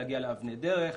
להגיע לאבני דרך,